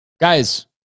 Guys